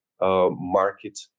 market